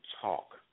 talk